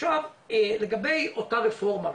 עכשיו לגבי אותה רפורמה,